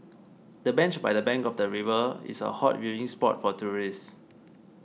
the bench by the bank of the river is a hot viewing spot for tourists